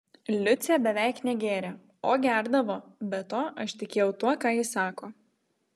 liucė beveik negėrė o gerdavo be to aš tikėjau tuo ką ji sako